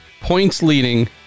points-leading